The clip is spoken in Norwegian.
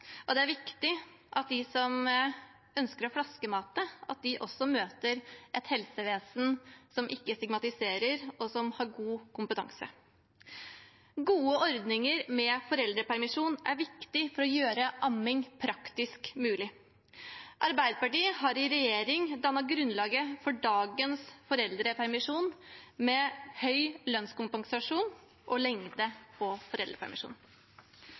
og det er viktig at de som ønsker å flaskemate, også møter et helsevesen som ikke stigmatiserer, og som har god kompetanse. Gode ordninger med foreldrepermisjon er viktig for å gjøre amming praktisk mulig. Arbeiderpartiet har i regjering dannet grunnlaget for dagens foreldrepermisjon med høy lønnskompensasjon og lengde på